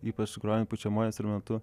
ypač grojant pučiamuoju instrumentu